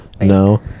no